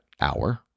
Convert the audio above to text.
hour